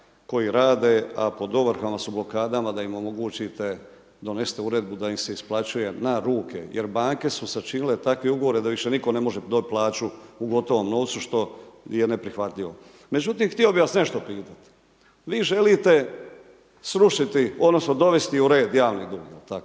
koji rade a pod ovrhama su blokadama da im omogućite, donesite uredbu da im se isplaćuje na ruke jer banke su sačinile takve ugovore da više niko ne može dobit plaću u gotovom novcu što je neprihvatljivo. Međutim, htio bih vas nešto pitat vi želite srušiti u red javni dug, vi